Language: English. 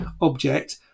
object